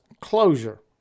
closure